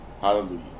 Hallelujah